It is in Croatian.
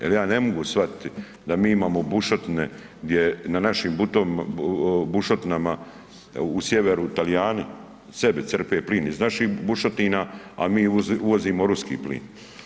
Jer ja ne mogu shvatiti da mi imamo bušotine gdje na našim bušotinama u sjeveru Talijani sebi crpe plin iz naših bušotina, a mi uvozimo Ruski plin.